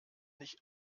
nicht